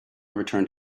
returned